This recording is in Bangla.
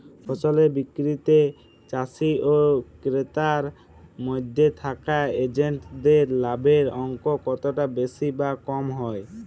ফসলের বিক্রিতে চাষী ও ক্রেতার মধ্যে থাকা এজেন্টদের লাভের অঙ্ক কতটা বেশি বা কম হয়?